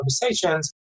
conversations